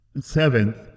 Seventh